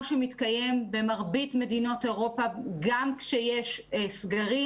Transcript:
שמתקיים במרבית מדינות אירופה גם כשיש סגר.